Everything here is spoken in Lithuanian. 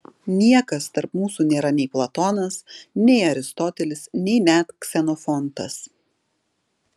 niekas tarp mūsų nėra nei platonas nei aristotelis nei net ksenofontas